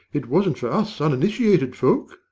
it wasn't for us uninitiated folk!